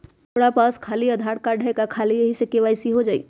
हमरा पास खाली आधार कार्ड है, का ख़ाली यही से के.वाई.सी हो जाइ?